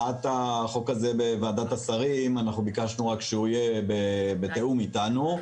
בוועדת השרים ביקשנו שהצעת החוק תהיה בתיאום איתנו.